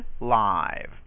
live